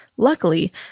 Luckily